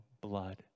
blood